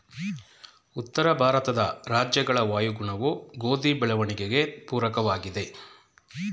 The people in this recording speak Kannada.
ಉತ್ತರ ಭಾರತದ ರಾಜ್ಯಗಳ ವಾಯುಗುಣವು ಗೋಧಿ ಬೆಳವಣಿಗೆಗೆ ಪೂರಕವಾಗಿದೆ,